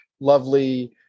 lovely